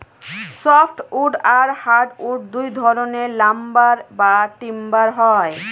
soft wood আর hard wood দুই ধরনের লাম্বার বা টিম্বার হয়